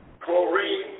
Chlorine